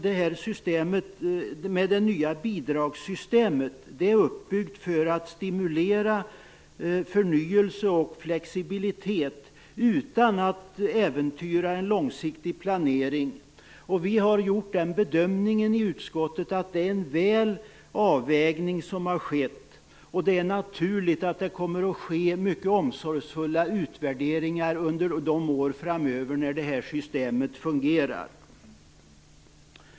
Det nya bidragssystemet är uppbyggt för att stimulera förnyelse och flexibilitet utan att äventyra en långsiktig planering. I utskottet har vi gjort bedömningen att avvägningen har gjorts väl. Det är naturligt att mycket omsorgsfulla utvärderingar kommer att ske under åren framöver när detta system fungerar.